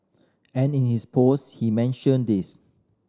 and in his post he mentioned this